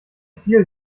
ziel